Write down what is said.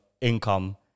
income